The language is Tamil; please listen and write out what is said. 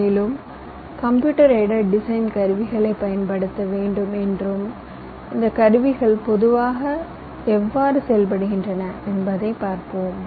மேலும் கம்ப்யூட்டர் எய்ட்அட் டிசைன் கருவிகளைப் பயன்படுத்த வேண்டும் என்றும் இந்த கருவிகள் பொதுவாக எவ்வாறு செயல்படுகின்றன என்பதைப் பார்ப்போம்